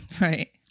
Right